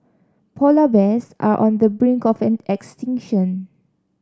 polar bears are on the brink of extinction